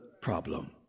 problem